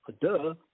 Duh